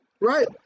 right